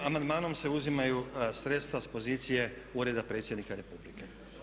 amandmanom se uzimaju sredstva s pozicije Ureda predsjednika Republike.